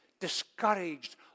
discouraged